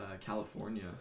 California